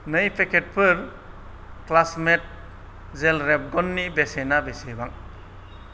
नै पेकेटफोर classmate gel रेबगननि बेसेना बेसेबां